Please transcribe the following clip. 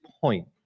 point